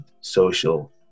social